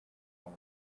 home